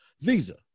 visa